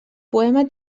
poema